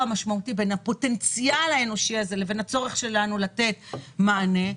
המשמעותי בין הפוטנציאל האנושי לבין הצורך שלנו לתת מענה.